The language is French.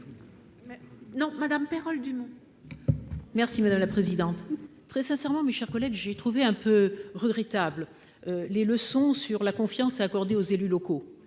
Non Madame Pérol-Dumont merci madame la présidente, très sincèrement, mes chers collègues, j'ai trouvé un peu regrettable les leçons sur la confiance accordée aux élus locaux,